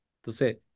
Entonces